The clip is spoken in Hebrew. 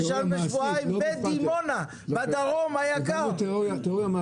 בשבועיים בדימונה, בדרום היה קל.